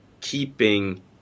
keeping